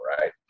right